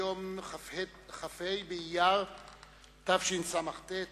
היום כ"ה באייר תשס"ט,